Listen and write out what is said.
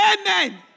Amen